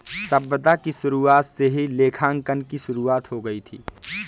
सभ्यता की शुरुआत से ही लेखांकन की शुरुआत हो गई थी